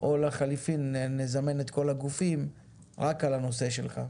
או לחליפין נזמן את כל הגופים רק על הנושא שלך,